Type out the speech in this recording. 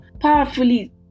powerfully